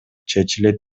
чечилет